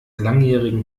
langjährigen